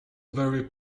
very